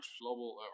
global